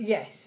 Yes